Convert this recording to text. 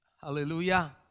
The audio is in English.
Hallelujah